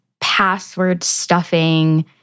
password-stuffing